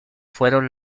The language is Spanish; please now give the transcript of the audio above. fueron